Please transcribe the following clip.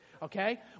Okay